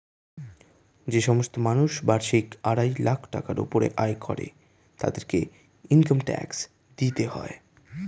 যে সমস্ত মানুষ বার্ষিক আড়াই লাখ টাকার উপরে আয় করে তাদেরকে ইনকাম ট্যাক্স দিতে হয়